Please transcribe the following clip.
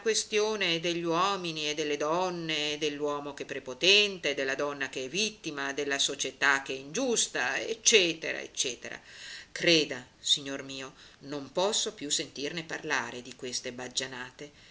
questione degli uomini e delle donne dell'uomo che è prepotente della donna che è vittima della società che è ingiusta ecc ecc creda signor mio non posso più sentirne parlare di queste baggianate